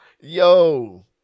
Yo